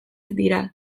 dira